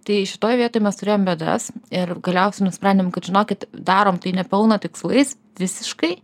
tai šitoj vietoj mes turėjome bėdas ir galiausiai nusprendėm kad žinokit darom tai ne pelno tikslais visiškai